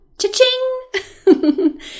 Cha-ching